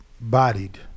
bodied